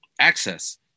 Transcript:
access